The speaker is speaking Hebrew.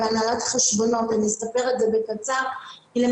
והיא אמרה שהיא מתעניינת בהנהלת חשבונות.